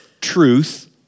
Truth